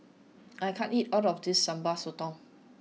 I can't eat all of this Sambal Sotong